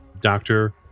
Doctor